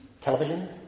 television